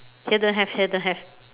here don't have here don't have